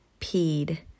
peed